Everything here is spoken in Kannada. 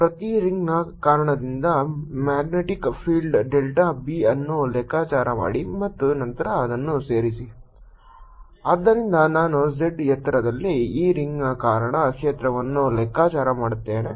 ಪ್ರತಿ ರಿಂಗ್ನ ಕಾರಣದಿಂದ ಮ್ಯಾಗ್ನೆಟಿಕ್ ಫೀಲ್ಡ್ ಡೆಲ್ಟಾ B ಅನ್ನು ಲೆಕ್ಕಾಚಾರ ಮಾಡಿ ಮತ್ತು ನಂತರ ಅದನ್ನು ಸೇರಿಸಿ ಆದ್ದರಿಂದ ನಾನು z ಎತ್ತರದಲ್ಲಿ ಈ ರಿಂಗ್ನ ಕಾರಣ ಕ್ಷೇತ್ರವನ್ನು ಲೆಕ್ಕಾಚಾರ ಮಾಡುತ್ತೇನೆ